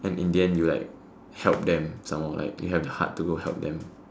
and in the end you like help them some more you have the heart to go help them